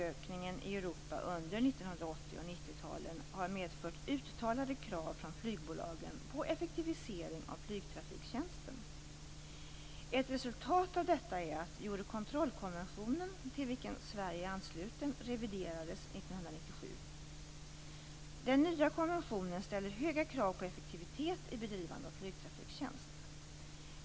och 1990-talen har medfört uttalade krav från flygbolagen på effektivisering av flygtrafiktjänsten. Ett resultat av detta är att Eurocontrolkonventionen, till vilken Sverige är ansluten, reviderades 1997. Den nya konventionen ställer höga krav på effektivitet i bedrivandet av flygtrafiktjänst.